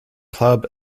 club